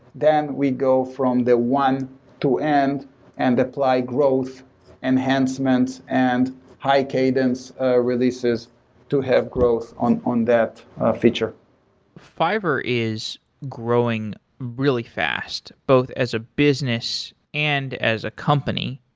then we go from the one to end and apply growth enhancements and high cadence ah releases to have growth on on that feature fiverr is growing really fast, both as a business and as a company.